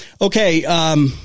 okay